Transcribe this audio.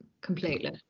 completely